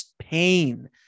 pain